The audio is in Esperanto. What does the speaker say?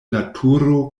naturo